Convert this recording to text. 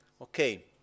okay